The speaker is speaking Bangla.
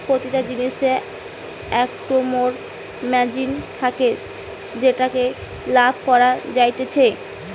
প্রতিটা জিনিসের একটো মোর মার্জিন থাকে যেটাতে লাভ করা যাতিছে